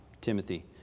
Timothy